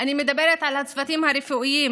אני מדברת על הצוותים הרפואיים,